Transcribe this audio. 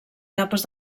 capes